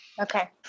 Okay